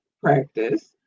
practice